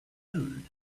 old